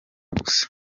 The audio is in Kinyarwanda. gusa